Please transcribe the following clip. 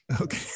Okay